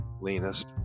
leanest